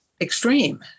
extreme